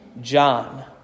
John